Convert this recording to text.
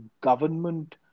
government